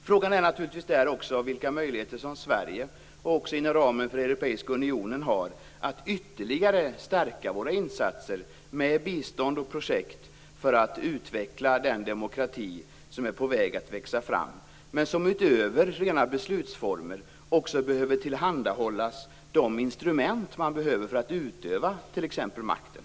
Frågan är naturligtvis också vilka möjligheter vi i Sverige har, också inom ramen för Europeiska unionen, att ytterligare stärka våra insatser med bistånd och projekt för att utveckla den demokrati som är på väg att växa fram, men som utöver rena beslutsformer också behöver tillhandahållas de instrument som är nödvändiga för att utöva t.ex. makten?